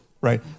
right